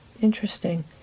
Interesting